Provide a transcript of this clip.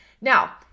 Now